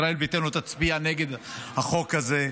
ישראל ביתנו תצביע נגד החוק הזה.